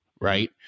right